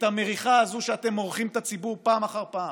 את המריחה הזאת שאתם מורחים את הציבור פעם אחר פעם,